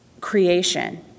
creation